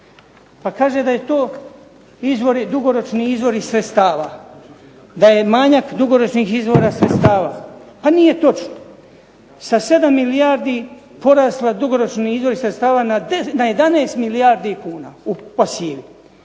Pa kaže da je to dugoročni izvori sredstva, da je manjak dugoročnih izvora sredstava. Pa nije točno. Sa 7 milijardi porasla dugoročni izvori sredstava na 11 milijardi kuna u pasivi.